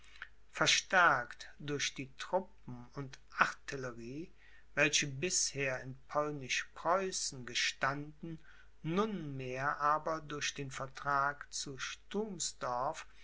verstärkt durch die truppen und artillerie welche bisher in polnisch preußen gestanden nunmehr aber durch den vertrag zu